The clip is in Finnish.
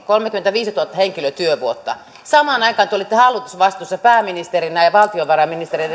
kolmekymmentäviisituhatta henkilötyövuotta te olitte hallitusvastuussa pääministerinä ja ja valtiovarainministerinä